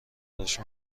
رشد